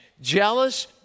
jealous